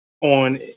on